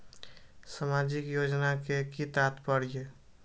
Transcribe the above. सामाजिक योजना के कि तात्पर्य?